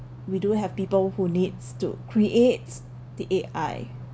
we do have people who needs to creates the A_I